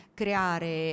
creare